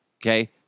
okay